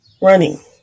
running